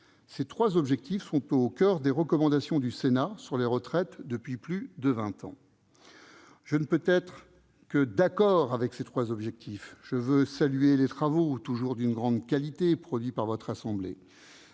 Ces trois objectifs sont au coeur des recommandations du Sénat sur les retraites depuis plus de vingt ans. » Je ne puis qu'être d'accord avec ces trois objectifs. Et je veux saluer les travaux, toujours d'une grande qualité, produits par votre assemblée